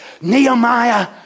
Nehemiah